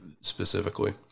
specifically